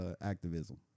activism